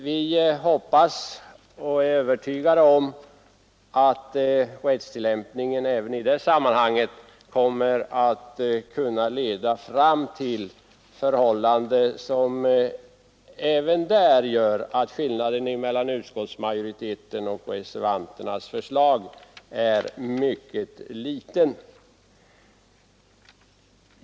Vi är övertygade om att rättstillämpningen också i det fallet kommer att bli sådan att skillnaden mellan utskottsmajoriteten och reservanterna skall visa sig vara mycket liten.